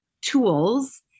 tools